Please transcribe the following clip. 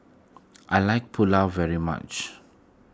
I like Pulao very much